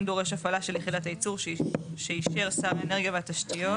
דורש הפעלה של יחידת הייצור שאישר שר האנרגיה והתשתיות",